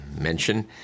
mention